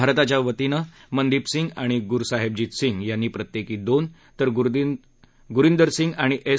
भारताच्या वतीनं मनदिप सिंग आणि गुरसाहेबजीत सिंग यांनी प्रत्येकी दोन तर गुरिंदर सिंग आणि एस